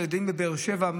ילדים בבאר שבע,